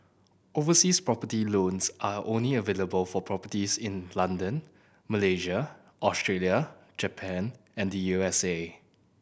overseas property loans are only available for properties in London Malaysia Australia Japan and U S A